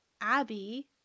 Abby